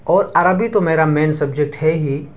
اور عربی تو میرا مین سبجیکٹ ہے ہی